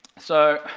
so,